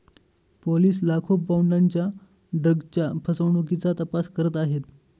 police लाखो पौंडांच्या ड्रग्जच्या फसवणुकीचा तपास करत आहेत